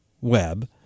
web